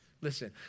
Listen